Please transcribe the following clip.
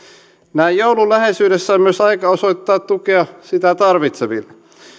näin joulun läheisyydessä on myös aika osoittaa tukea sitä tarvitseville